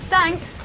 Thanks